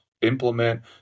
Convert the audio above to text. implement